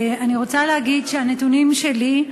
אני רוצה להגיד שהנתונים שלי,